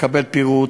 לקבל פירוט,